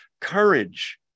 courage